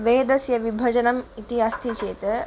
वेदस्य विभजनम् इति अस्ति चेत्